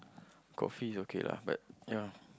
coffee is okay lah but ya